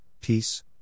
peace